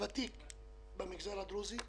הוותיק במגזר הדרוזי,